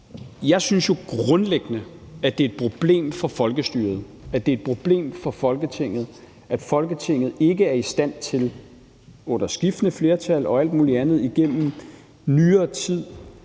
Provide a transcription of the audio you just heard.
Jeg synes jo grundlæggende, at det er et problem for folkestyret, og at det er et problem for Folketinget, at Folketinget ikke er i stand til under skiftende flertal og alt muligt andet igennem nyere tid